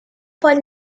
poi